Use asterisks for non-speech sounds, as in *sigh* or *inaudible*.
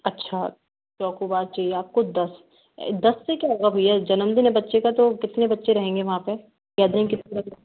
अच्छा चॉकोबार चाहिए आपको दस दस से क्या होगा भैया जन्मदिन है बच्चे का तो कितने बच्चे रहेंगे वहाँ पे या देगें कितने *unintelligible*